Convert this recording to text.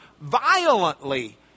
violently